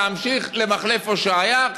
להמשיך למחלף הושעיה,